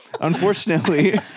unfortunately